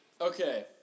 Okay